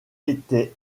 étaient